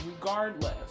regardless